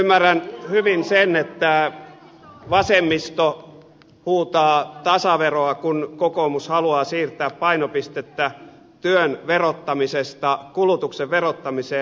ymmärrän hyvin sen että vasemmisto huutaa tasaveroa kun kokoomus haluaa siirtää painopistettä työn verottamisesta kulutuksen verottamiseen